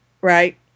right